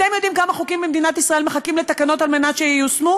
אתם יודעים כמה חוקים במדינת ישראל מחכים לתקנות על מנת שייושמו?